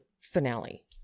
finale